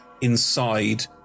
inside